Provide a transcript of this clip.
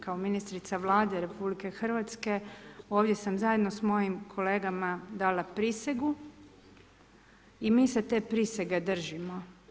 Kao ministrica Vlade RH ovdje sam zajedno sa mojim kolegama dala prisegu i mi se te prisege držimo.